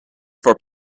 for